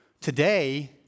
today